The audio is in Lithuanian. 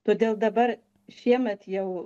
todėl dabar šiemet jau